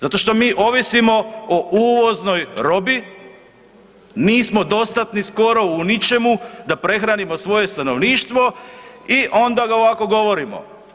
Zato što mi ovisimo o uvoznoj robi, nismo dostatni skoro u ničemu da prehranimo svoje stanovništvo i onda ovako govorimo.